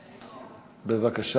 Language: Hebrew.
כן, אני